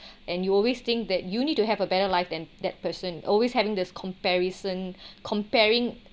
and you always think that you need to have a better life than that person always having this comparison comparing